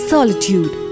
Solitude